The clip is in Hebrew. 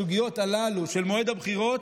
פוליטי בסוגיות הללו של מועד הבחירות.